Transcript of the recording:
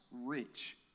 rich